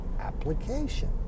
application